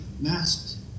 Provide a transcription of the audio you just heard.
masked